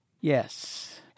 Yes